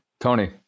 Tony